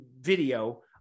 video